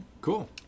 cool